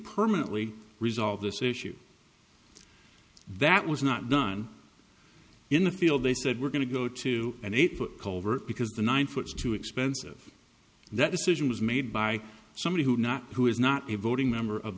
permanently resolve this issue that was not done in the field they said we're going to go to an eight foot culvert because the nine foot is too expensive and that decision was made by somebody who not who is not a voting member of